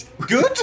Good